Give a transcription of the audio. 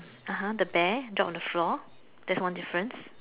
(uh huh) the bear drop on the floor that's one difference